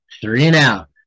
three-and-out